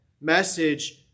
message